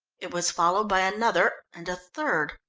it was followed by another, and a third.